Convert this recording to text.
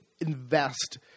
invest –